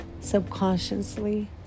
subconsciously